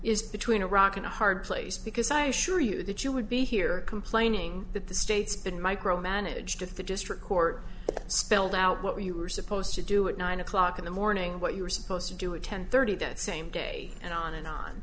is between a rock and a hard place because i assure you that you would be here complaining that the state's been micro managed if the district court spelled out what you were supposed to do at nine o'clock in the morning what you were supposed to do a ten thirty that same day and on and on